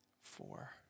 four